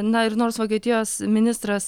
na ir nors vokietijos ministras